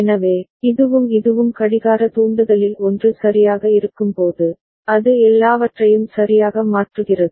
எனவே இதுவும் இதுவும் கடிகார தூண்டுதலில் 1 சரியாக இருக்கும்போது அது எல்லாவற்றையும் சரியாக மாற்றுகிறது